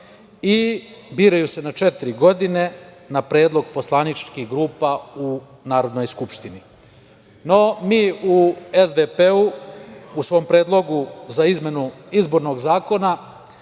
i biraju se na četiri godine, na predlog poslaničkih grupa u Narodnoj skupštini.No, mi u SDP-u u svom predlogu za izmenu izbornog zakona